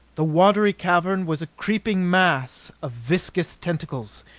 the watery cavern was a creeping mass of viscous tentacles,